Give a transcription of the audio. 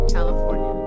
California